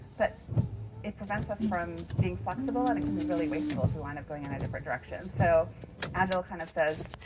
but it prevents us from being flexible, and it can be really wasteful if we wind up going in at different directions. so agile kind of says,